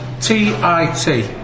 T-I-T